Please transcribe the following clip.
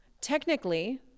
Technically